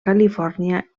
califòrnia